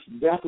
death